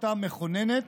החלטה מכוננת.